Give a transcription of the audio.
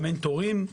אין תורים.